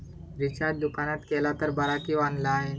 Recharge दुकानात केला तर बरा की ऑनलाइन?